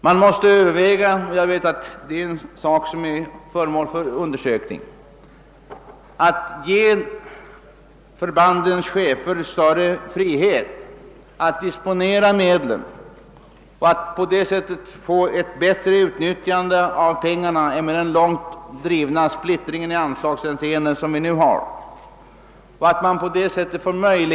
Man måste överväga — jag vet att den saken är föremål för undersökning — att ge förbandens chefer större frihet att disponera medlen för att på det sättet få till stånd ett rationellare utnyttjande av pengarna än med den långt drivna splittring i anslagshänseende som nu förekommer.